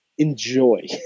Enjoy